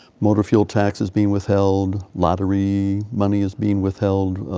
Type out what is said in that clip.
motor fuel taxes being withheld, lottery, money is being withheld.